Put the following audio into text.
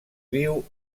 viu